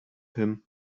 him